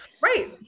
right